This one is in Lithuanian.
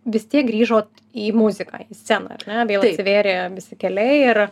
vis tiek grįžot į muziką į sceną ar ne vėl atsivėrė visi keliai ir